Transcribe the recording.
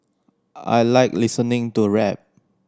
I like listening to rap